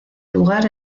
lugar